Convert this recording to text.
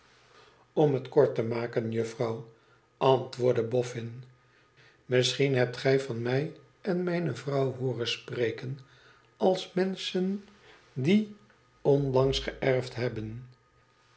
om het kort te maken juffrouw antwoordde bofbn misschien hebt gq van mij en mijne vrouw hooren spreken als menschen die onlangs geërfd hebben